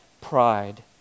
pride